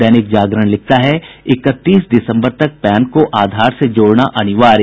दैनिक जागरण लिखता है इकतीस दिसम्बर तक पैन को आधार से जोड़ना अनिवार्य